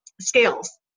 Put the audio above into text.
scales